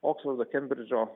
oksfordo kembridžo